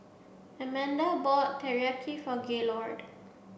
Amanda bought Teriyaki for Gaylord